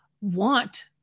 want